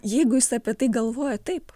jeigu jis apie tai galvoja taip